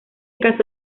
casó